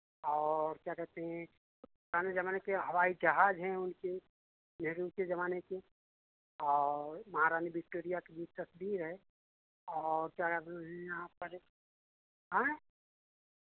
और क्या कहते हैं पुराने ज़माने के हवाई जहाज हैं उनके नेहरू के ज़माने के और महारानी विक्टोरिया की जो तस्वीर है और क्या नाम जो यहाँ पर आँय